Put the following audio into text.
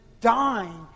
dying